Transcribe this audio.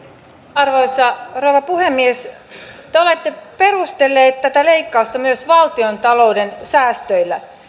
arvoisa rouva puhemies te olette perustelleet tätä leikkausta myös valtiontalouden säästöillä